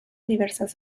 diversas